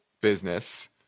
business